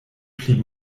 pli